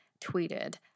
tweeted